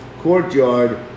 courtyard